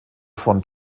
von